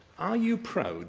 are you proud